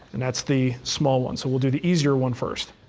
and that's the small one. so we'll do the easier one first.